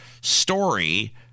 story